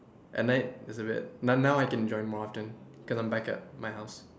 at night just a bit now now I can join more often cause i'm back at my house